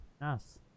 nice